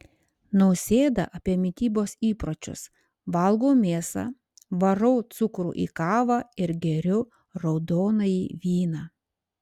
nausėda apie mitybos įpročius valgau mėsą varau cukrų į kavą ir geriu raudonąjį vyną